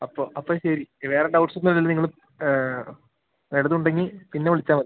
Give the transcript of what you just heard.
അപ്പം അപ്പം ശരി വേറെ ഡൗട്ട്സ് ഒന്നും ഇല്ലല്ലൊ നിങ്ങൾ വല്ലതും ഉണ്ടെങ്കിൽ പിന്നെ വിളിച്ചാൽ മതി